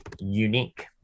unique